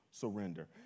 Surrender